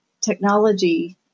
technology